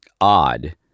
odd